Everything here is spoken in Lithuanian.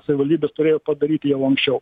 savivaldybės turėjo padaryti jau anksčiau